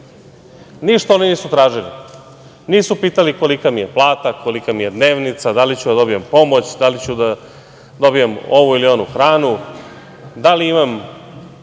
oni nisu tražili. Nisu pitali kolika mi je plata, kolika mi je dnevnica, da li ću da dobijem pomoć, da li ću da dobijem ovu ili onu hranu, da li imam